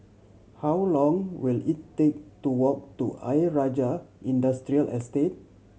how long will it take to walk to Ayer Rajah Industrial Estate